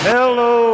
Hello